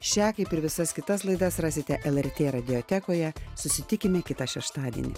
šią kaip ir visas kitas laidas rasite lrt radiotekoje susitikime kitą šeštadienį